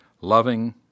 loving